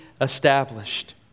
established